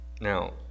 Now